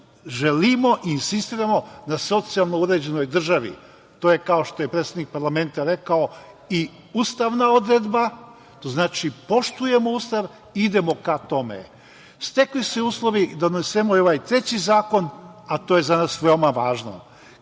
želimo i insistiramo na socijalno uređenoj državi. To je, kao što je predsednik parlamenta rekao, i ustavna odredba, to znači poštujemo Ustav i idemo ka tome. Stekli su se uslovi da donesemo i ovaj treći zakon, a to je za nas veoma važno. Kad